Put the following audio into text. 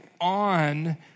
on